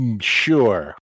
sure